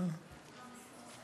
סופה,